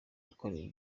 yakoreye